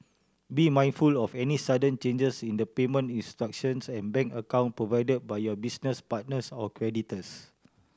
be mindful of any sudden changes in the payment instructions and bank account provide by your business partners or creditors